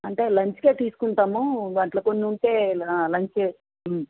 అంటే లంచ్కే తీసుకుంటాము వాటిలో కొన్ని ఉంటే లంచే